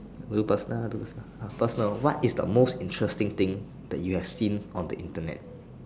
you personal do ah personal what is the most interesting thing that you have seen on the Internet